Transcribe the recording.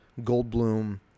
Goldblum